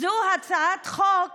זו הצעת חוק